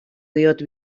diot